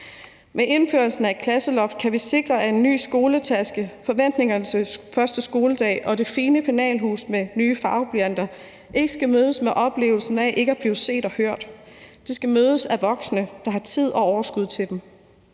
Med indførelsen af et klasseloft kan vi sikre, at skolebørnene med ny skoletaske, med forventninger til første skoledag og med det fine penalhus med nye farveblyanter ikke skal mødes af oplevelsen af ikke at blive set og hørt. De skal mødes af voksne, der har tid og overskud til dem.